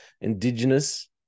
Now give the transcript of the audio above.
Indigenous